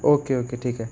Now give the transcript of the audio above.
okay okay ठीक आहे